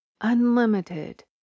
unlimited